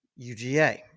UGA